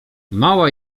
mała